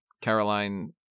Caroline